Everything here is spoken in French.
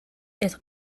être